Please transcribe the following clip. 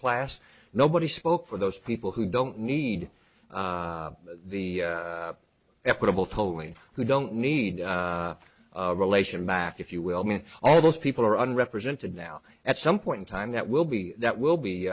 class nobody spoke for those people who don't need the equitable polling who don't need a relation back if you will mean all those people are unrepresented now at some point in time that will be that will be